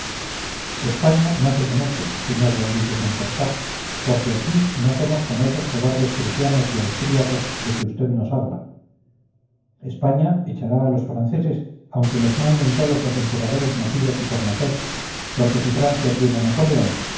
españa no se somete sr d luis de santorcaz porque aquí no somos como esos cobardes prusianos y austriacosde que vd nos habla españa echará a los franceses aunque los manden todos los emperadores nacidos y por nacer porque si francia tiene a napoleón